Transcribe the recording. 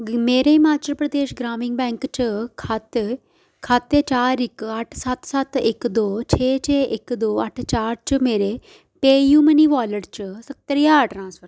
मेरे हिमाचल प्रदेश ग्रामीण बैंक च खाते सत्त सत्त इक दो छे छे इक दो अट्ठ च चार च मेरे पेऽ यू मनी वालेट च सत्तर ज्हार ट्रांसफर करो